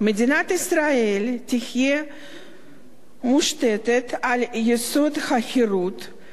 "מדינת ישראל תהיה מושתתת על יסוד החירות,